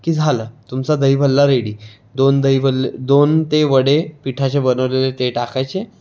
की झालं तुमचा दही भल्ला रेडी दोन दही भल्ल दोन ते वडे पिठाचे बनवलेले ते टाकायचे